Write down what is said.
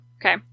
okay